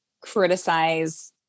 criticize